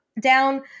down